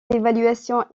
d’évaluation